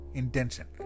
intention